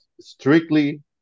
strictly